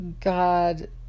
God